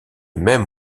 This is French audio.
même